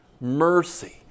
Mercy